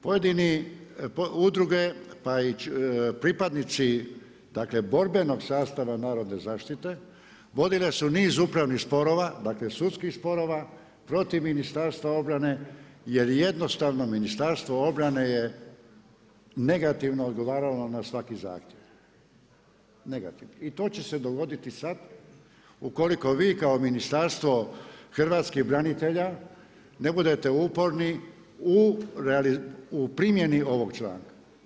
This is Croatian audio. Pojedine udruge, pa i pripadnici, dakle borbenog sastava Narodne zaštite vodile su niz upravnih sporova, dakle sudskih sporova protiv Ministarstva obrane, jer jednostavno Ministarstvo obrane je negativno odgovaralo na svaki zahtjev, negativno i to će se dogoditi sad ukoliko vi kao ministarstvo hrvatskih branitelja ne budete uporni u primjeni ovog članka.